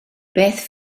beth